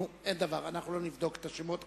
נו, אין דבר, אנחנו לא נבדוק את השמות כרגע.